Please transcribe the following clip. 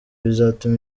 bizatuma